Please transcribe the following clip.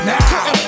now